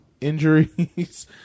injuries